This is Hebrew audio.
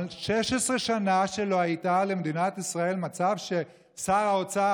אבל 16 שנה לא היה במדינת ישראל מצב ששר האוצר